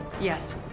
Yes